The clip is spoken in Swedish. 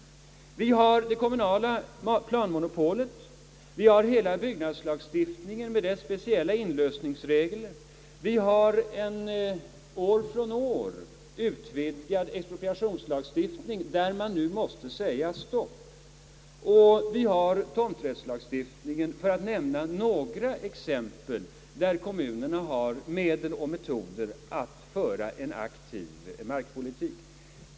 Vi har det kommunala planmonopolet, vi har hela byggnadslagstiftningen med dess speciella inlösningsregler, vi har en år efter år utvidgad expropriationslagstiftning — där man nu måste säga stopp — och vi har tomträttslagstiftningen — för att nämna några exempel där kommunerna har medel och metoder att föra en aktiv markpolitik.